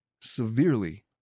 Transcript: severely